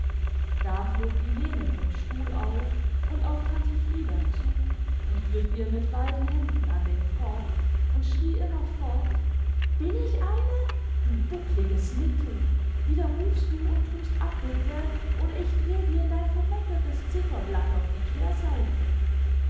da flog die lene vom stuhl auf und auf tante frieda zu und griff ihr mit beiden händen an den kopf und schrie immerfort bin ich eine du buckliges nickel widerrufst du und tust abbitte oder ich dreh dir dein vermeckertes zifferblatt auf die kehrseite